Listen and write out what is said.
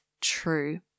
true